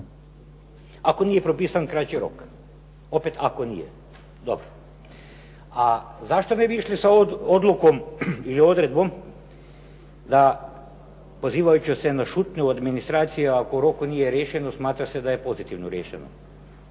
Ako nije propisan kraći rok, opet ako nije, dobro. A zašto ne bi išli sa odlukom ili odredbom, da pozivajući se na šutnju od administracija ako u roku nije riješeno smatra se da je pozitivno riješeno,